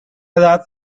edad